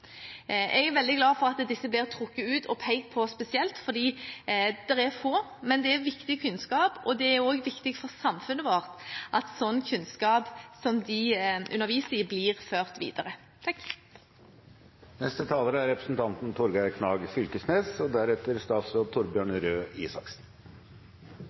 Jeg er veldig glad for at disse blir trukket ut og pekt på spesielt. De er få, men det er viktig kunnskap. Det er også viktig for samfunnet vårt at en slik kunnskap som det undervises i her, blir ført videre. Først: Det har jo vore ein prosess med omsyn til arbeidet i komiteen, og